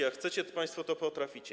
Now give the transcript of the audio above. Jak chcecie państwo, to potraficie.